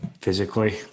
physically